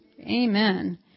Amen